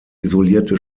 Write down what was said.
isolierte